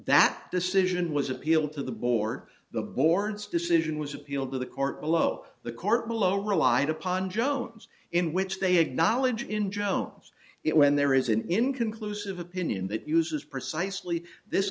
decision was appealed to the bor the board's decision was appealed to the court below the court below relied upon jones in which they acknowledge in jones it when there is an inconclusive opinion that uses precisely this